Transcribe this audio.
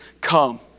come